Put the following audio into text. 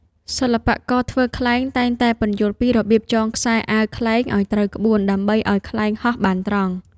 សិល្បករធ្វើខ្លែងតែងតែពន្យល់ពីរបៀបចងខ្សែអាវខ្លែងឱ្យត្រូវក្បួន ដើម្បីឱ្យខ្លែងហោះបានត្រង់។